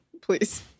please